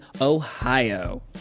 Ohio